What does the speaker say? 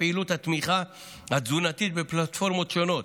פעילות התמיכה התזונתית בפלטפורמות שונות.